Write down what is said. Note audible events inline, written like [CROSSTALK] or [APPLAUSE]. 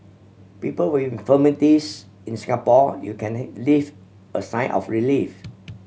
people with infirmities in Singapore you can [UNINTELLIGIBLE] leave a sigh of relief